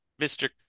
Mr